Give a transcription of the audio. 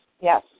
Yes